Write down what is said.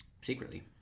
Secretly